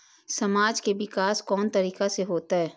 समाज के विकास कोन तरीका से होते?